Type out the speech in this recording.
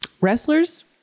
Wrestlers